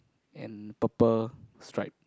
and purple stripe